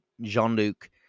jean-luc